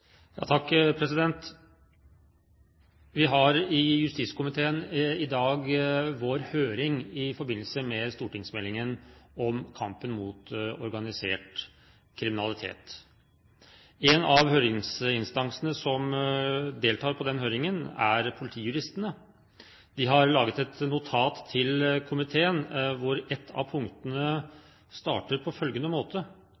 Vi har i justiskomiteen i dag vår høring i forbindelse med stortingsmeldingen om kampen mot organisert kriminalitet. En av høringsinstansene som deltar på den høringen, er politijuristene. De har laget et notat til komiteen der et av